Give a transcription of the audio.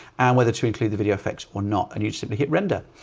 and whether to include the video effects or not, and you simply hit render.